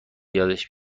یادش